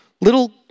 little